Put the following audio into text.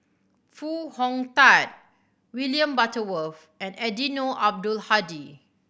Foo Hong Tatt William Butterworth and Eddino Abdul Hadi